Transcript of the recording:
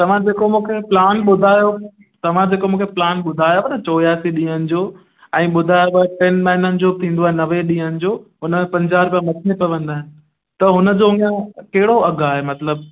तव्हां जेको मूंखे प्लान ॿुधायो तव्हां मूंखे जेको प्लान ॿुधायांव न चोरियासीं ॾींहंनि जो ऐं ॿुधायांव टिनि महिननि जो थींदो आहे नवे ॾींहंनि जो उन में पंजा रुपिया मथे पवंदा आहिनि त हुन जो यां कहिड़ो अघु आहे मतिलबु